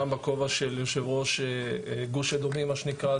גם בכובע של יושב-ראש גוש אדומים מה שנקרא,